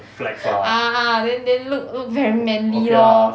ah ah then then look look very manly lor